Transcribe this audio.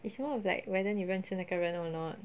it's more of like whether 你认识那个人 or not